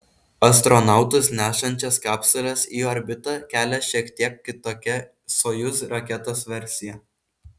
astronautus nešančias kapsules į orbitą kelia šiek tiek kitokia sojuz raketos versija